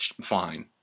fine